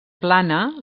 plana